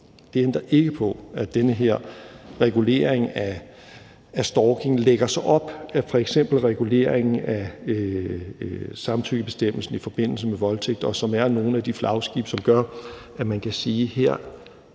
det ændrer jo ikke på, at den her regulering af stalking lægger sig op ad f.eks. reguleringen af samtykkebestemmelsen i forbindelse med voldtægt. Det er nogle af de flagskibe, som gør, at man kan sige,